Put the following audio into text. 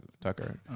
Tucker